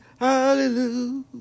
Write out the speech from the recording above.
Hallelujah